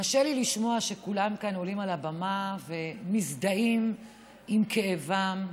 קשה לי לשמוע שכולם כאן עולים על הבמה ומזדהים עם כאבם,